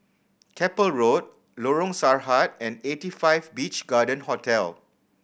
Keppel Road Lorong Sarhad and Eighty Five Beach Garden Hotel